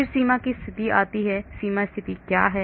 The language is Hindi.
फिर सीमा की स्थिति आती है यह सीमा स्थिति क्या है